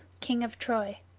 king of troy.